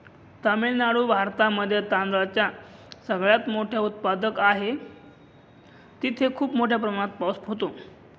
तामिळनाडू भारतामध्ये तांदळाचा सगळ्यात मोठा उत्पादक आहे, तिथे खूप मोठ्या प्रमाणात पाऊस होतो